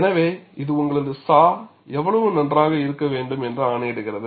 எனவே இது உங்களது சா எவ்வளவு நன்றாக இருக்க வேண்டும் என்று ஆணையிடுகிறது